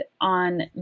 on